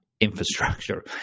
infrastructure